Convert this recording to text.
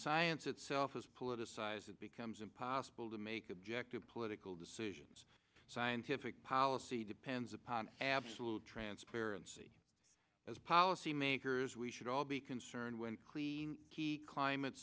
science itself is politicized it becomes impossible to make objective political decisions scientific policy depends upon absolute transparency as policymakers we should all be concerned when clean climate